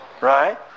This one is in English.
right